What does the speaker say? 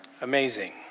Amazing